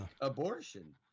abortion